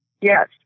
Yes